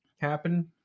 happen